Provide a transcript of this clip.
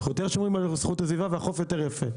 אנחנו שומרים יותר על איכות הסביבה והחוף יותר יפה.